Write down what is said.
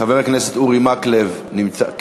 חבר הכנסת אורי מקלב, נמצא?